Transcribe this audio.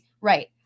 right